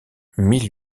mille